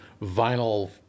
vinyl